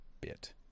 bit